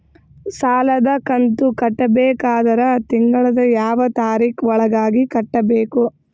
ಸಾಲದ ಕಂತು ಕಟ್ಟಬೇಕಾದರ ತಿಂಗಳದ ಯಾವ ತಾರೀಖ ಒಳಗಾಗಿ ಕಟ್ಟಬೇಕು?